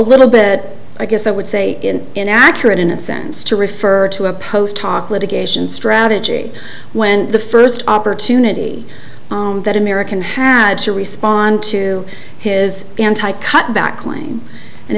little bit i guess i would say inaccurate in a sense to refer to a post talk litigation strategy when the first opportunity that american had to respond to his cutback claim and